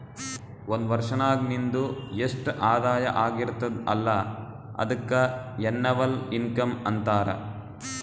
ಒಂದ್ ವರ್ಷನಾಗ್ ನಿಂದು ಎಸ್ಟ್ ಆದಾಯ ಆಗಿರ್ತುದ್ ಅಲ್ಲ ಅದುಕ್ಕ ಎನ್ನವಲ್ ಇನ್ಕಮ್ ಅಂತಾರ